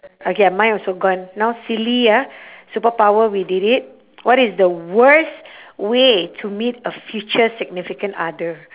okay ah mine also gone now silly ah superpower we did it what is the worst way to meet a future significant other